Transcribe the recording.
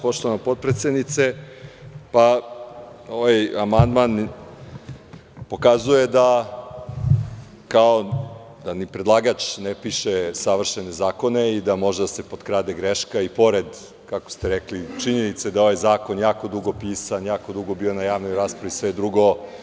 Poštovana potpredsednice, ovaj amandman pokazuje da ni predlagač ne piše savršene zakone i da može da se potkrade greška i pored, kako ste rekli, činjenice da ovaj zakon jako dugo pisan, jako dugo bio na javnoj raspravi i sve drugo.